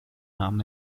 nahm